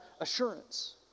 assurance